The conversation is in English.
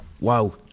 wow